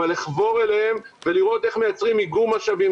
לחבור אליהם ולראות איך עושים עיגון משאבים.